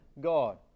God